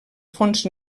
fons